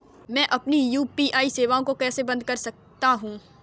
मैं अपनी यू.पी.आई सेवा को कैसे बंद कर सकता हूँ?